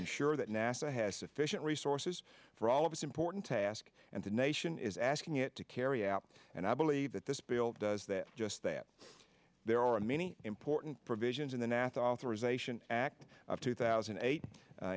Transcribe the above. ensure that nasa has sufficient resources for all of its important task and the nation is asking it to carry out and i believe that this bill does that just that there are many important provisions in the nath authorization act of two thousand and eight